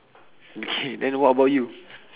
okay then what about you